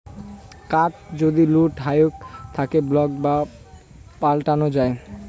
card যদি লুট হউক তাকে ব্লক বা পাল্টানো যাই